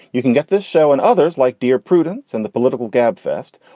you can get this show and others like dear prudence and the political gabfest.